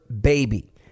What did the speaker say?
baby